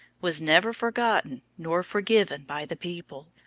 was never forgotten nor forgiven by the people.